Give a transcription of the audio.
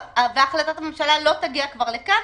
החלטת הממשלה כבר לא תגיע לכאן,